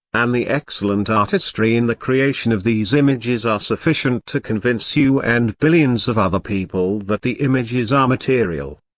and the excellent artistry in the creation of these images are sufficient to convince you and billions of other people that the images are material.